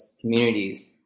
communities